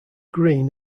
green